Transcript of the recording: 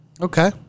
Okay